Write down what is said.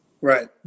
Right